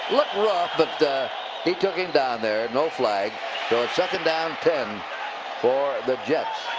looked rough, but he took him down there. no flag. so it's second down ten for the jets.